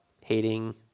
hating